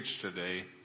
Today